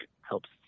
helps